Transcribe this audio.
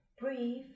Breathe